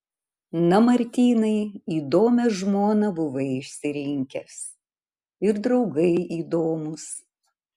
na martynai įdomią žmoną buvai išsirinkęs ir draugai įdomūs